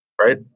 right